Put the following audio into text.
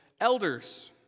elders